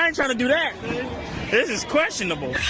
um trying to do that! this is questionable.